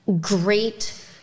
great